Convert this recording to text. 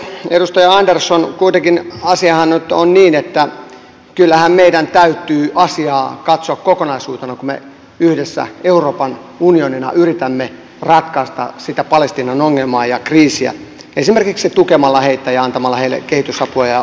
edustaja andersson kuitenkin asiahan nyt on niin että kyllähän meidän täytyy asiaa katsoa kokonaisuutena kun me yhdessä euroopan unionina yritämme ratkaista sitä palestiinan ongelmaa ja kriisiä esimerkiksi tukemalla heitä ja antamalla heille kehitysapua ja varoja